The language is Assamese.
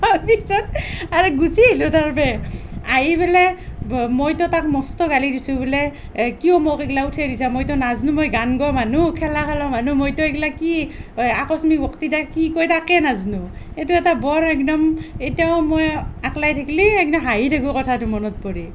তাৰ পিছত আৰ গুচি আহিলোঁ তাৰপেই আহি পেলাই মইতো তাক মস্ত গালি দিছোঁ বোলে এই কিয় মোক এইগিলাত উঠাই দিছ মইতো নাজনো মই গান গোৱা মানুহ খেলা খেলা মানুহ মইতো এইগিলাক কি আকস্মিক বক্তৃতা কি কয় তাকে নাজনো এইটো এটা বৰ একদম এতিয়াও মই একলাই থাকিলে একদম হাঁহি থাকো কথাটো মনত পৰি